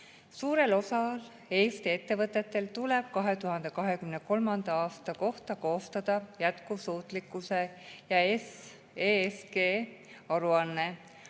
Suurel osal Eesti ettevõtetel tuleb 2023. aasta kohta koostada jätkusuutlikkuse ja ESG aruanne.